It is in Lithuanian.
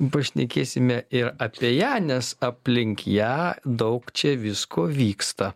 pašnekėsime ir apie ją nes aplink ją daug čia visko vyksta